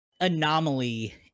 anomaly